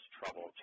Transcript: trouble